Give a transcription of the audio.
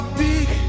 big